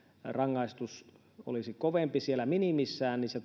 rangaistus olisi kovempi siellä minimissään niin myös se